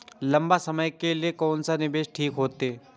लंबा समय के लेल कोन निवेश ठीक होते?